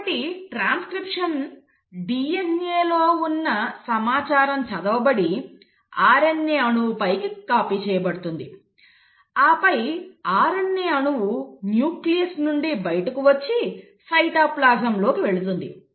కాబట్టి ట్రాన్స్క్రిప్షన్లో DNAలో ఉన్న సమాచారం చదవబడి RNA అణువుపైకి కాపీ చేయబడుతుంది ఆపై RNA అణువు న్యూక్లియస్ నుండి బయటకు వచ్చి సైటోప్లాజంలోకి వెళుతుంది